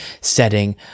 setting